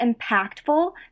impactful